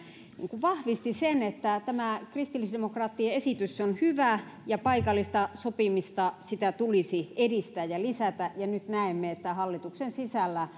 niin kuin vahvisti sen että tämä kristillisdemokraattien esitys on hyvä ja paikallista sopimista tulisi edistää ja lisätä ja nyt näemme että hallituksen sisällä